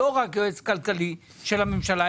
לא רק יועץ כלכלי של הממשלה,